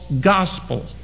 gospel